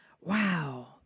Wow